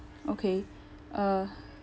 okay uh